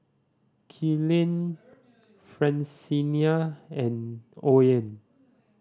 Killian Francina and Oren